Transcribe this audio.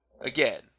again